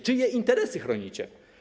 Czyje interesy chronicie?